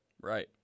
Right